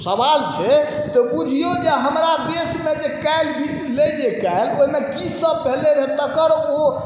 सवाल छै तऽ बुझिऔ जे हमरा देशमे जे काल्हि बितलै जे काल्हि ओहिमे की सब भेलै रहै तकर ओ